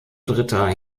dritter